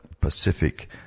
pacific